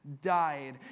died